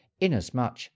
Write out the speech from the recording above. inasmuch